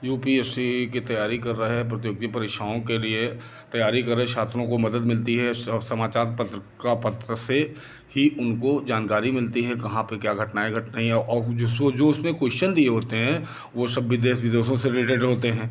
you P S C की तैयारी कर रहे प्रतियोगी परीक्षाओं के लिए तैयारी कर रहे छात्रों को मदद मिलती है सब समाचार पत्र का पत्र से ही उनको जानकारी मिलती है कहाँ पे क्या घटनाएं घट रही है और जो उसमें कुशल दी होते हैं वो सब भी देश विदेसों से रिलेटेड होते हैं